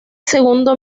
segundo